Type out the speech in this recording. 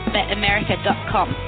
BetAmerica.com